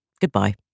Goodbye